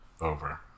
over